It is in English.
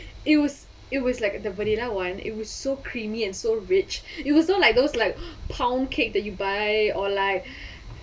it was it was like the vanilla one it was so creamy and so rich it was not like those like pound cake that you buy or like